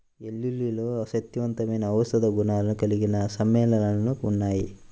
వెల్లుల్లిలో శక్తివంతమైన ఔషధ గుణాలు కలిగిన సమ్మేళనాలు ఉన్నాయి